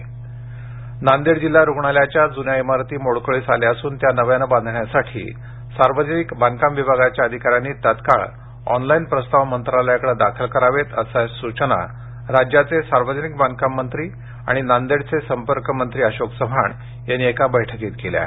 प्रस्ताव नांदेड जिल्हा रूग्णालयाच्या जून्या इमारती मोडकळीस आल्या असून त्या नव्याने बांधण्यासाठी सार्वजनिक बांधकाम विभागाच्या अधिकाऱ्यांनी तात्काळ ऑनलाईन प्रस्ताव मंत्रालयाकडे दाखल करावेत अशा सुचना राज्याचे सार्वजनिक बांधकाम मंत्री आणि नांदेडचे संपर्कमंत्री अशोक चव्हाण यांनी एका बैठकीत केल्या आहेत